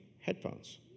headphones